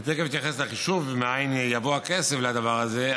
אני תכף אתייחס לחישוב ומאין יבוא הכסף לדבר הזה,